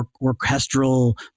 orchestral